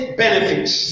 benefits